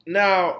now